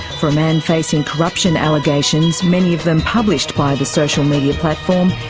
for a man facing corruption allegations, many of them published by the social media platform,